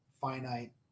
finite